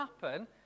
happen